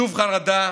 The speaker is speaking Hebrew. שוב חרדה,